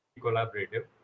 collaborative